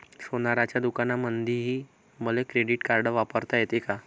सोनाराच्या दुकानामंधीही मले क्रेडिट कार्ड वापरता येते का?